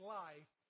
life